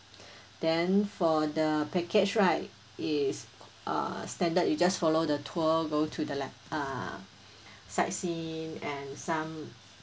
then for the package right is uh standard you just follow the tour go to the like uh sightseeing and some